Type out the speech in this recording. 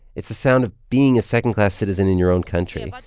it's the sound of being a second-class citizen in your own country. and like